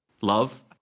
Love